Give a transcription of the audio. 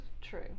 true